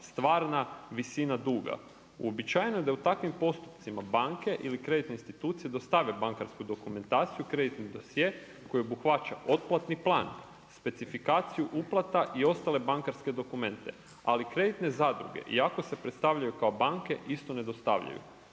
stvarna visina duga. Uobičajeno da u takvim postupcima banke ili kreditne institucije dostave bankarsku dokumentaciju kreditni dosje koji obuhvaća otplatni plan, specifikaciju uplata i ostale bankarske dokumente, ali kreditne zadruge iako se predstavljaju kao banke isto ne dostavljaju.